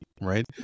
right